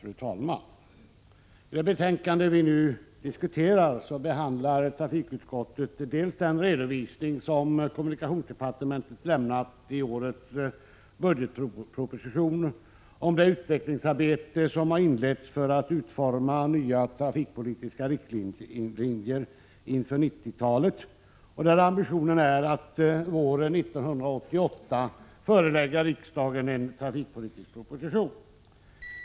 Fru talman! I det betänkande vi nu diskuterar behandlar trafikutskottet den redovisning som kommunikationsdepartementet har lämnat i årets budgetproposition om det utvecklingsarbete som har inletts för att utforma nya trafikpolitiska riktlinjer inför 1990-talet. Ambitionen är att våren 1988 förelägga riksdagen en trafikpolitisk proposition.